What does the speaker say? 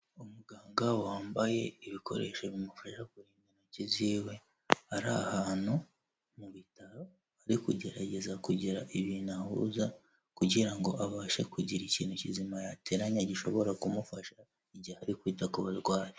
Umuganga wambaye ibikoresho bimufasha kurinda intoki ziwe, ari ahantu mu bitaro ari kugerageza kugira ibintu ahuza kugira ngo abashe kugira ikintu kizima yateranya gishobora kumufasha igihe ari kwita ku barwayi.